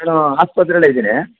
ನಾನು ಆಸ್ಪತ್ರೇಲೆ ಇದ್ದೀನಿ